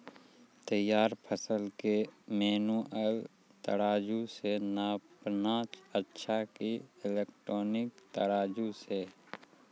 तैयार फसल के मेनुअल तराजु से नापना अच्छा कि इलेक्ट्रॉनिक तराजु से?